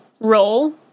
role